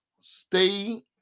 stay